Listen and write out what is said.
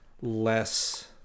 less